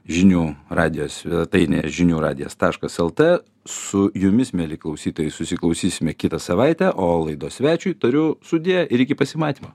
žinių radijo svetainėje žinių radijas taškas lt su jumis mieli klausytojai susiklausysime kitą savaitę o laidos svečiui tariu sudie ir iki pasimatymo